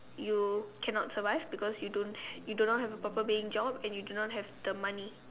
you cannot survive because you don't you do not have a proper paying job and you do not have the money